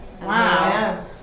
Wow